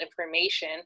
information